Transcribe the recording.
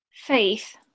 Faith